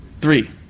Three